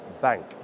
Bank